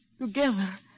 together